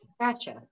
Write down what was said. Gotcha